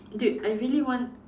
dude I really want